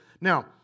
Now